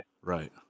Right